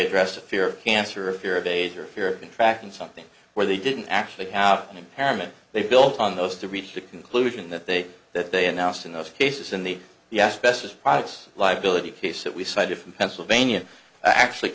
addressed a fear of cancer a fear of age or fear in fact in something where they didn't actually have an impairment they built on those to reach a conclusion that they that they announced in those cases in the the asbestos products liability case that we cited from pennsylvania actually